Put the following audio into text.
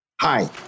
Hi